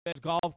golf